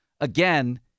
Again